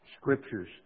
scriptures